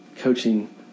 coaching